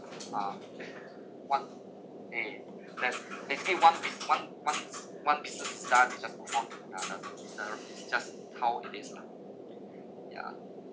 uh what eh they they feel one bis~ one one bis~ one business is done they just move on to another is their is just how it is lah ya